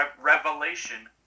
revelation